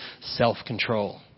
self-control